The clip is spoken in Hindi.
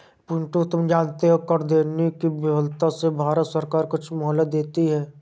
पिंटू तुम जानते हो कर देने की विफलता से भारत सरकार कुछ मोहलत देती है